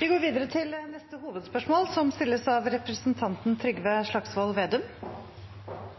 Vi går videre til neste hovedspørsmål. Over lang tid har Høyre vært motstander av